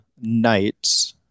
Knights